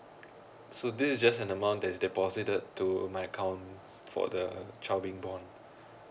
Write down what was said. so this is just an amount that is deposited to my account for the child being born